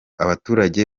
abaturage